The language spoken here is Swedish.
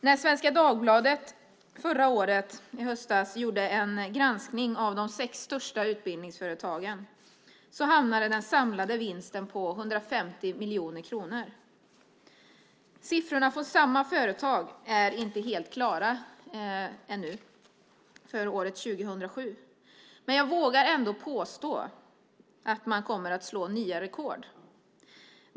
När Svenska Dagbladet i höstas gjorde en granskning av de sex största utbildningsföretagen hamnade den samlade vinsten på 150 miljoner kronor. Siffrorna från samma företag är inte helt klara ännu för året 2007, men jag vågar ändå påstå att man kommer att slå nya rekord.